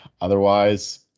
Otherwise